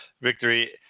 victory